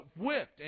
whipped